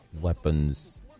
weapons